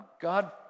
god